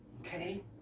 Okay